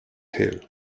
hill